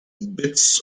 bits